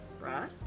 right